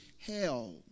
hell